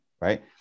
Right